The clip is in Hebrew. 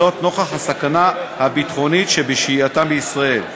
וזאת נוכח הסכנה הביטחונית שבשהייתם בישראל.